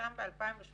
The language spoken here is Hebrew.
שפורסם ב-2018